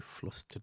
flustered